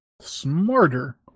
smarter